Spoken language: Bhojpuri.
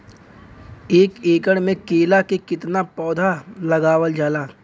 एक एकड़ में केला के कितना पौधा लगावल जाला?